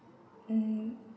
mm